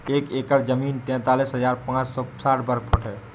एक एकड़ जमीन तैंतालीस हजार पांच सौ साठ वर्ग फुट है